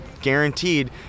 guaranteed